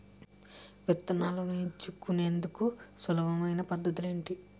విత్తనాలను ఎంచుకునేందుకు సులభమైన పద్ధతులు ఏంటి?